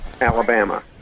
Alabama